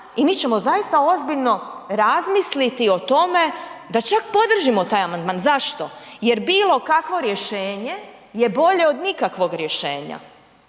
i mi ćemo zaista ozbiljno razmisliti o tome da čak podržimo taj amandman. Zašto? Jer bilo kakvo rješenje je bolje od nikakvog rješenja,